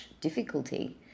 difficulty